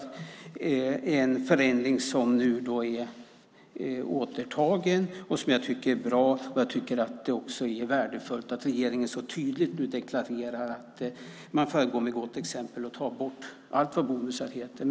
Det var en förändring som nu är återtagen. Jag tycker att det är bra, och jag tycker att det är värdefullt att regeringen så tydligt nu deklarerar att man föregår med gott exempel och tar bort allt vad bonusar heter.